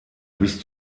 bis